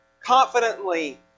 confidently